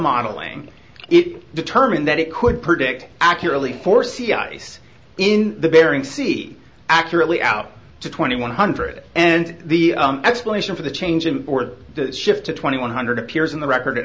modeling it determined that it could predict accurately for sea ice in the bering sea accurately out to twenty one hundred and the explanation for the change in the shift to twenty one hundred appears in the record